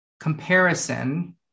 comparison